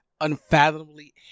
unfathomably